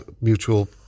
mutual